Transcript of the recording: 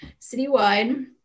citywide